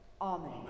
Amen